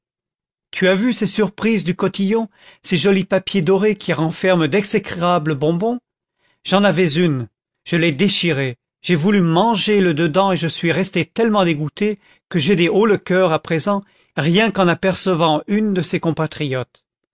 tu as vu ces surprises du cotillon ces jolis papiers dorés qui renferment d'exécrables bonbons j'en avais une je l'ai déchirée j'ai voulu manger le dedans et suis resté tellement dégoûté que j'ai des haut le coeur à présent rien qu'en apercevant une de ses compatriotes